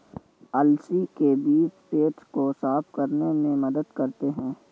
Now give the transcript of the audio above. अलसी के बीज पेट को साफ़ रखने में मदद करते है